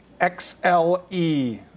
XLE